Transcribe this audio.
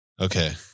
Okay